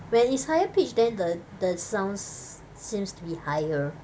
when it's higher pitched then the the sound see~ seems to be higher